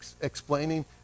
explaining